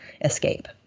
escape